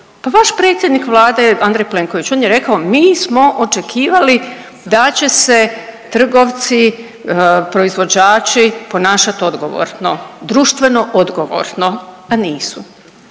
Pa vaš predsjednik Vlade Andrej Plenković. On je rekao mi smo očekivali da će se trgovci, proizvođači ponašati odgovorno, društveno odgovorno, a nisu.